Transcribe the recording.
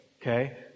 okay